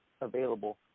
available